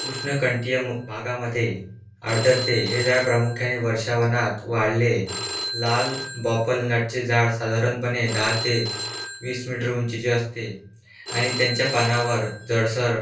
उष्ण कंटीयम भागामध्ये आढळते हे झाड प्रामुख्याने वर्षावनात वाढले लाल बॉपल नटचे झाड साधारणपणे दहा ते वीस मीटर उंचीचे असते आणि त्यांच्या पानावर जळसर